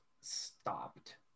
stopped